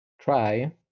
try